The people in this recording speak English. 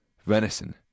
Venison